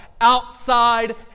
outside